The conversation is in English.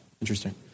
Interesting